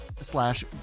slash